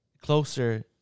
closer